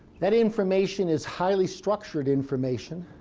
that information is highly structured information,